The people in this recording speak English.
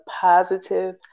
positive